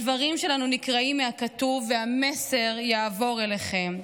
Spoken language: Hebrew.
הדברים שלנו נקראים מהכתוב, והמסר יעבור אליכם.